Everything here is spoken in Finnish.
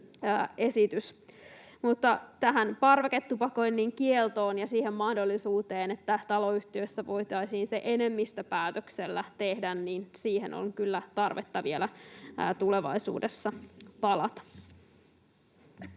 esitys. Mutta tähän parveketupakoinnin kieltoon ja siihen mahdollisuuteen, että taloyhtiössä voitaisiin se enemmistöpäätöksellä tehdä, on kyllä tarvetta vielä tulevaisuudessa palata.